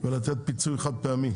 ולתת פיצוי חד פעמי